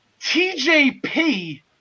TJP